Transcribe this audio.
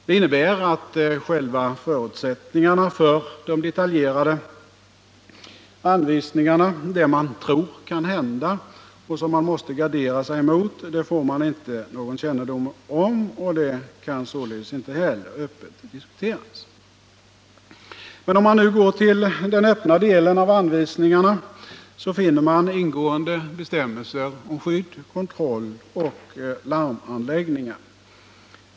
Det innebär att själva förutsättningarna för de detaljerade anvisningarna, det man tror kan hända och som man måste gardera sig emot, det får vi inte någon kännedom om och det kan således inte heller öppet diskuteras. Men om man går till den öppna delen av anvisningarna, så finner man ingående bestämmelser om skydd, kontroll och larmanläggningar.